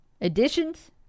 Additions